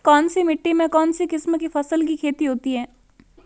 कौनसी मिट्टी में कौनसी किस्म की फसल की खेती होती है?